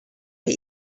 but